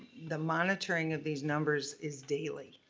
the monitoring of these numbers is daily.